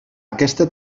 aquesta